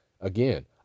again